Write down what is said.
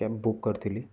cab book କରିଥିଲି